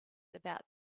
about